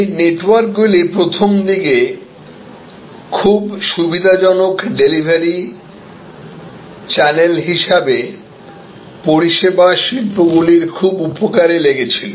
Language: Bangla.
এই নেটওয়ার্কগুলি প্রথমদিকে খুব সুবিধাজনক ডেলিভারি চ্যানেল হিসাবে পরিষেবা শিল্পগুলির খুব উপকারে লেগেছিল